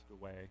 away